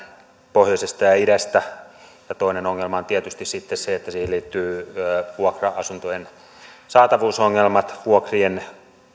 pohjoisesta ja ja idästä toinen ongelma on tietysti sitten se että siihen liittyvät vuokra asuntojen saatavuusongelmat vuokrien